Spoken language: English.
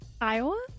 Iowa